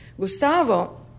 Gustavo